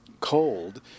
cold